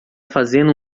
fazendo